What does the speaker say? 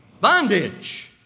bondage